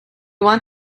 want